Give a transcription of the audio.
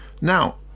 Now